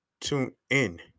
TuneIn